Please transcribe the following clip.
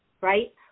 right